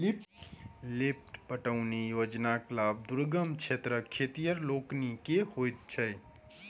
lift पटौनी योजनाक लाभ दुर्गम क्षेत्रक खेतिहर लोकनि के होइत छै